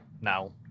now